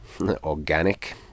organic